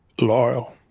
loyal